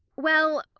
well,